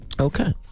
Okay